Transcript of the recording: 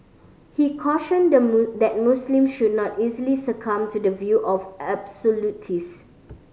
he cautioned the that Muslim should not easily succumb to the view of absolutist